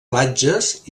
platges